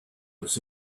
was